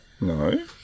No